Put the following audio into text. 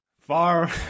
Far